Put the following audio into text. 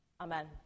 Amen